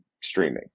streaming